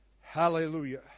Hallelujah